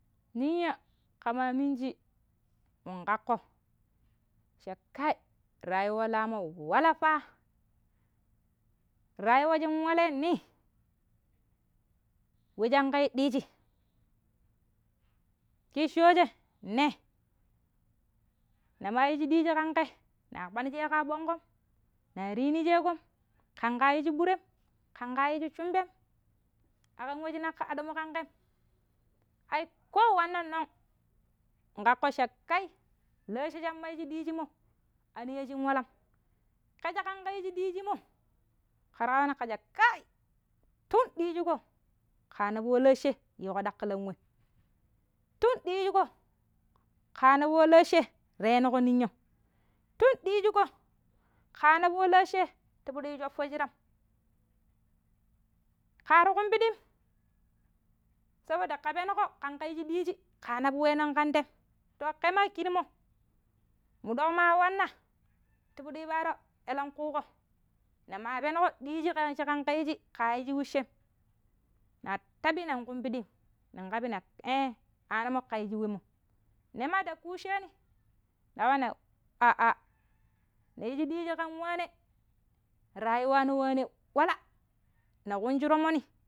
Ninya Ke maa miniji mun ƙaƙƙo cha kai rayuwa lamo wala fa, rayuwa jin waleni merja kai ɗiiji Kiji shweeje ne, ne maa njiji ƙan ƙe naa kpanisheeƙo yaɓongƙom, naa nrijineƙom, ƙanƙa yiiji burem, ƙanƙa yiiji shumbem, aƙam we shi naƙƙo ƙawu ƙanƙem, ai ko wanna no̱ng nkaƙƙo cha, la̱a̱she shi ma yiiji mo̱, a ninya̱ shin walam. Ke shi ƙanke yiiji ɗiiji mo̱ ƙeran ƙaja kai, tun, ɗiiji ko ƙaa nabu wa la̱a̱she yuƙo daƙilam wem, tun ɗiijiko ƙaa nabu wa la̱a̱she rainaƙo ninyam, tun ɗiijiko ƙaa nabu wa la̱a̱she ti fushi sho̱ppo̱ shiram. Kaar ƙumpiɗim saboda kepangƙui kanke yiiji kaa nabu waino̱n ƙan tem to, ƙe maa kijima. Muɗoƙ maa wanna ti piɗi yu paaro̱ elengƙuuƙo, ne maa penuƙo diiji-kan shi ƙanƙe yiiji ƙaa yijiji weccem, naar taɓinna kumpiɗiim nen ƙabi na e-aanumo̱ ƙe yiiji wemmo̱m. Ne ma nda kusheni na wana aa na yiiji dije kan wane, rayuwa no̱ wane wala na kunji romonni.